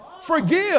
forgive